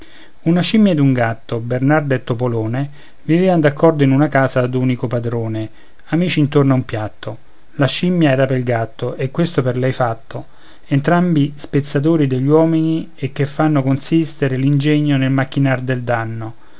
una scimmia ed un gatto bernarda e topolone vivean d'accordo in casa d'un unico padrone amici intorno a un piatto la scimmia era pel gatto e questo per lei fatto entrambi sprezzatori degli uomini e che fanno consistere l'ingegno nel macchinar del danno